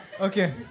Okay